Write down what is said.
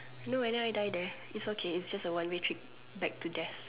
no and then I die there it's okay it's just a one way trip back to death